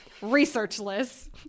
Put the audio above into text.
researchless